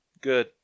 Good